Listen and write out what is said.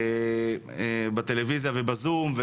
בטלויזיה ובזום,